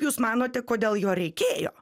jūs manote kodėl jo reikėjo